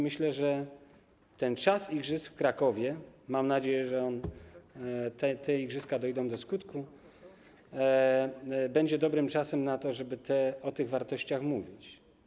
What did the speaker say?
Myślę, że ten czas igrzysk w Krakowie - mam nadzieję, że te igrzyska dojdą do skutku - będzie dobrym czasem na to, żeby o tych wartościach mówić.